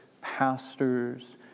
pastors